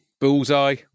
bullseye